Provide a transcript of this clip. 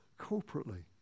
corporately